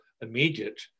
immediate